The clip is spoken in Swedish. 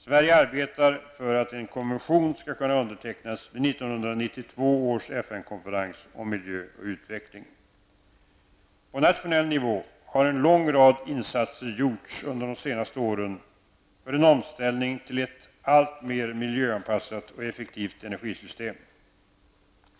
Sverige arbetar för att en konvention skall kunna undertecknas vid 1992 års På nationell nivå har en lång rad insatser gjorts under de senaste åren för en omställning till ett alltmer miljöanpassat och effektivt energisystem.